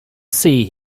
see